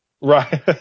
Right